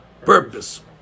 purpose